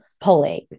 pulling